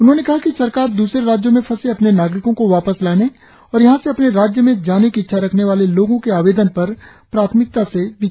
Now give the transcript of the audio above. उन्होंने कहा कि सरकार दूसरे राज्यों में फंसे अपने नागरिको को वापस लाने और यहाँ से अपने राज्य में जाने की इच्छा रखने वाले लोगो के आवेदन पर प्राथमिकता से विचार कर रही है